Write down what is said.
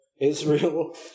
Israel